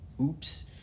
Oops